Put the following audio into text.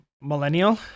Millennial